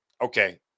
Okay